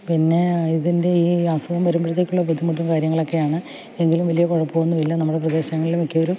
പിന്നെ ഇതിൻ്റെ ഈ അസുഖം വരുമ്പോഴത്തേക്കുള്ള ബുന്ധിമുട്ടും കാര്യങ്ങളൊക്കെയാണ് എങ്കിലും വലിയ കുഴപ്പമൊന്നുമില്ല നമ്മുടെ പ്രദേശങ്ങളിൽ മിക്കവരും